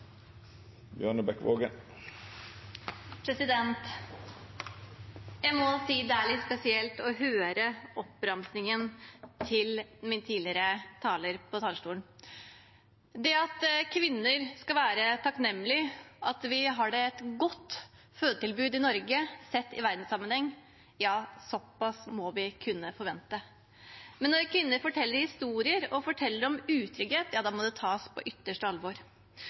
i Kristiansund. Jeg må si det er litt spesielt å høre oppramsingen til forrige taler på talerstolen. Det at kvinner skal være takknemlige, at vi har et godt fødetilbud i Norge sett i verdenssammenheng – såpass må vi kunne forvente. Men når kvinner forteller historier og forteller om utrygghet – ja, da må det tas på ytterste alvor.